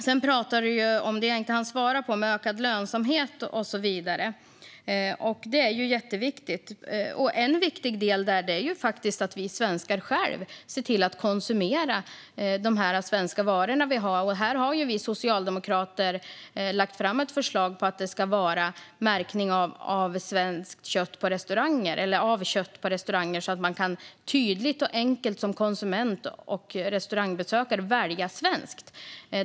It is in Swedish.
Du talade även om det jag inte hann ta upp, det vill säga ökad lönsamhet. Det är jätteviktigt. En viktig del är att vi svenskar själva ser till att konsumera svenska varor. Vi socialdemokrater har lagt fram ett förslag om märkning av kött på restauranger så att man som konsument och restaurangbesökare tydligt och enkelt kan välja svenskt.